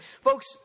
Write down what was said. Folks